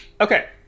Okay